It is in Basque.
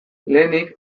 lehenik